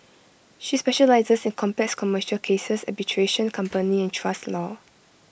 she specialises in complex commercial cases arbitration company and trust law